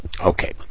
Okay